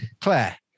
Claire